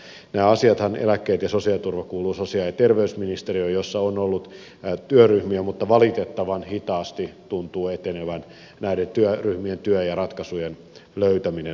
nämä asiathan eläkkeet ja sosiaaliturva kuuluvat sosiaali ja terveysministeriöön jossa on ollut työryhmiä mutta valitettavan hitaasti tuntuu etenevän näiden työryhmien työ ja ratkaisujen löytäminen